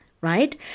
right